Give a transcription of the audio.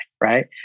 right